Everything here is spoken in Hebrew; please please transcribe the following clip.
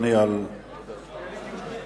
אנחנו משתדלים.